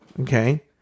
Okay